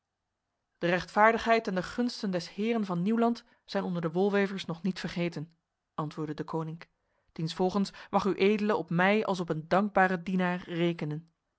de rechtvaardigheid en de gunsten des heren van nieuwland zijn onder de wolwevers nog niet vergeten antwoordde deconinck diensvolgens mag uedele op mij als op een dankbare dienaar rekenen